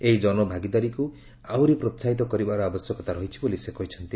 ଏହି ଜନଭାଗିଦାରୀକୁ ଆହୁରି ପ୍ରୋସାହିତ କରିବାର ଆବଶ୍ୟକତା ରହିଛି ବୋଲି ସେ କହିଛନ୍ତି